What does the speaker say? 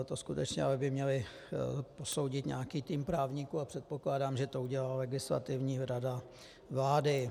To skutečně by ale měl posoudit nějaký tým právníků, předpokládám, že to udělá Legislativní rada vlády.